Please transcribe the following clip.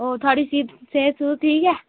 होर थुआढ़ी से सेह्त सूह्त ठीक ऐ